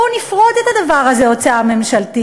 בואו נפרוט את הדבר הזה, הוצאה ממשלתית.